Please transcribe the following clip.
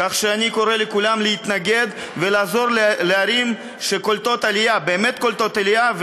כך שאני קורא לכולם להתנגד ולעזור לערים שבאמת קולטות עלייה,